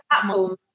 platform